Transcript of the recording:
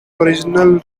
original